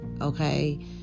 okay